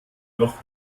noch